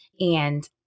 and-